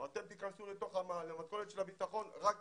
אתם תיכנסו למתכונת של הביטחון רק אם.